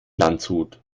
landshut